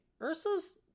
ursa's